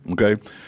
okay